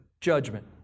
judgment